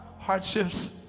hardships